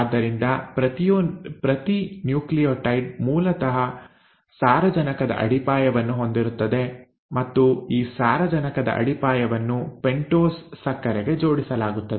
ಆದ್ದರಿಂದ ಪ್ರತಿ ನ್ಯೂಕ್ಲಿಯೋಟೈಡ್ ಮೂಲತಃ ಸಾರಜನಕದ ಅಡಿಪಾಯವನ್ನು ಹೊಂದಿರುತ್ತದೆ ಮತ್ತು ಈ ಸಾರಜನಕದ ಅಡಿಪಾಯವನ್ನು ಪೆಂಟೋಸ್ ಸಕ್ಕರೆಗೆ ಜೋಡಿಸಲಾಗುತ್ತದೆ